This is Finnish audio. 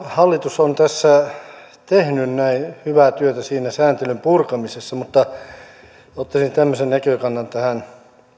hallitus on tehnyt tässä hyvää työtä sääntelyn purkamisessa mutta ottaisin tämmöisen näkökannan tähän